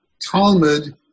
Talmud